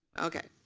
okay.